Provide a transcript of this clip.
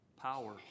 power